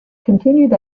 continued